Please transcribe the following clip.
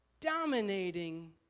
dominating